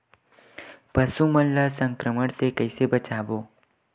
पशु मन ला संक्रमण से कइसे बचाबो?